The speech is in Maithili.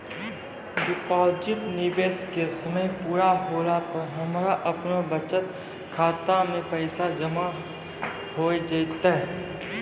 डिपॉजिट निवेश के समय पूरा होला पर हमरा आपनौ बचत खाता मे पैसा जमा होय जैतै?